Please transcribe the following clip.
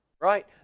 right